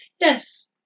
Yes